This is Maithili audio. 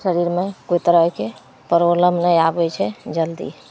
शरीरमे कोइ तरहके प्रॉब्लम नहि आबै छै जल्दी